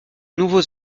nouveaux